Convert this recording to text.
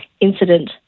incident